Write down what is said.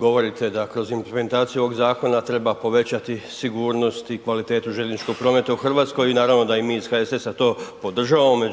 Govorite da kroz implementaciju ovog zakona treba povećati sigurnost i kvalitetu željezničkog prometa u Hrvatskoj i naravno da i mi iz HSS-a to podržavamo,